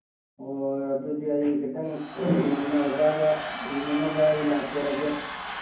ꯑꯣ ꯍꯣꯏ ꯑꯗꯨꯗꯤ ꯑꯩ ꯈꯤꯇꯪ ꯉꯟꯅ ꯑꯣꯖꯥꯒ ꯎꯅꯅꯕ ꯑꯩ ꯂꯥꯛꯆꯔꯒꯦ